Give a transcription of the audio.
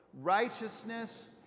...righteousness